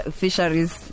fisheries